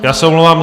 Já se omlouvám.